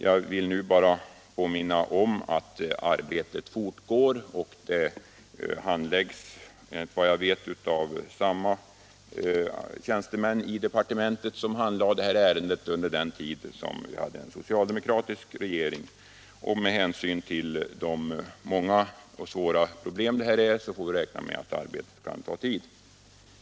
Jag vill nu bara påminna om att arbetet fortgår och att det handläggs, enligt vad jag inhämtat, av samma tjänstemän i departementet som handlade detta ärende under den tid då vi hade en socialdemokratisk regering. Nr 111 Med hänsyn till de många och svåra problem som här föreligger får vi räkna med att arbetet kan ta tid.